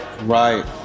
Right